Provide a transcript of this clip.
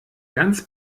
ganz